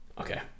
Okay